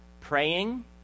praying